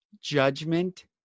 judgment